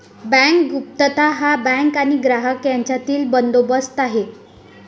bank गुप्तता हा bank आणि ग्राहक यांच्यातील बंदोबस्त आहे